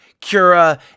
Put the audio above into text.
Cura